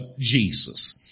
Jesus